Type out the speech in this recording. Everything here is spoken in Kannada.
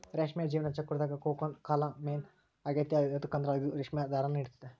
ರೇಷ್ಮೆಯ ಜೀವನ ಚಕ್ರುದಾಗ ಕೋಕೂನ್ ಕಾಲ ಮೇನ್ ಆಗೆತೆ ಯದುಕಂದ್ರ ಇದು ರೇಷ್ಮೆ ದಾರಾನ ನೀಡ್ತತೆ